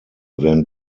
werden